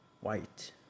white